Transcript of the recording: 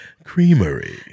Creamery